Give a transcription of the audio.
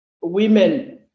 women